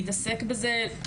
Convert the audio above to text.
להתעסק בזה,